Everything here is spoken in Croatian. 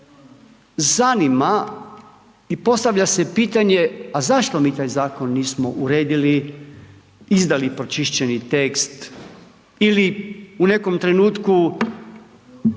zanima i postavlja se pitanje, a zašto mi taj zakon nismo uredili izdali pročišćeni tekst ili u nekom trenutku